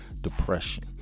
depression